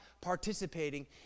participating